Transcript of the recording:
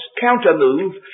counter-move